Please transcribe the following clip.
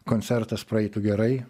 koncertas praeitų gerai